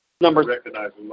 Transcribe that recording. Number